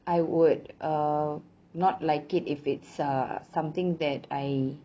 I would err not like it if it's uh something that I